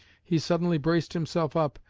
he suddenly braced himself up,